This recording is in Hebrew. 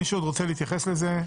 מישהו עוד רוצה להתייחס לזה?